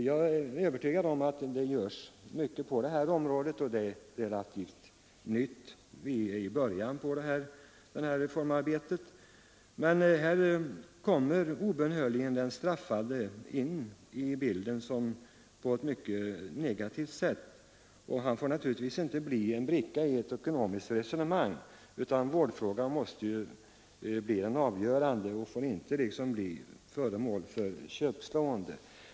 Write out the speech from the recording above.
Jag är övertygad om att det görs mycket på detta område, och det är relativt nytt. Vi är i början på det här reformarbetet. Men här kommer obönhörligen den straffade in i bilden på ett mycket negativt sätt. Han får naturligtvis inte bli en bricka i ett ekonomiskt resonemang, utan vårdfrågan måste bli den avgörande, och den får inte bli föremål för köpslående.